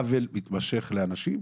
עוול מתמשך לאנשים,